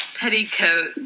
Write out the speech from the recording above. petticoat